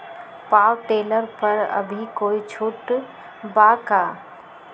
Power tiller पर अभी कोई छुट बा का?